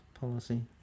policy